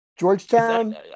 Georgetown